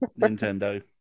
Nintendo